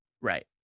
Right